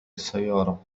السيارة